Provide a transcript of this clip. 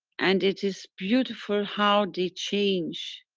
and it is beautiful how they change.